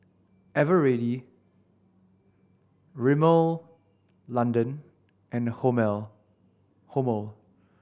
Eveready Rimmel London and Hormel